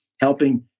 helping